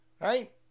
Right